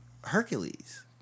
Hercules